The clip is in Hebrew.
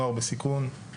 נוער בסיכון,